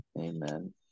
Amen